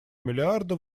миллиарда